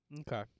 Okay